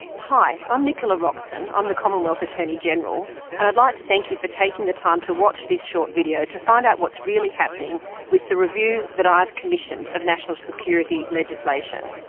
hi, i'm nicola roxon. i'm the commonwealth attorney-general and i'd like to thank you for taking the time to watch this short video to find out what's really happening with the review that i have commissioned of national security legislation,